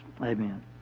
Amen